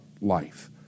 life